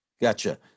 gotcha